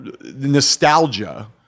nostalgia